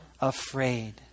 afraid